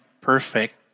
perfect